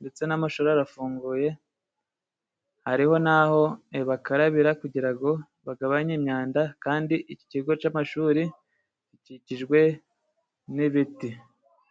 Ndetse n'amashuri arafunguye hariho n'aho bakarabira, kugirago bagabanye imyanda kandi iki kigo cy'amashuri gikikijwe n'ibiti.